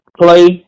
play